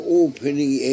opening